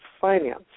finance